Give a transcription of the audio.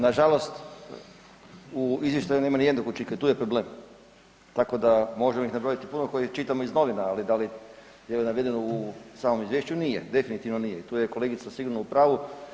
Nažalost, u izvještaju nema nijednog učinka tu je problem, tako da možemo ih nabrojiti puno koje čitamo iz novina, ali da li je navedeno u samom izvješću nije, definitivno nije, tu je kolegica sigurno u pravu.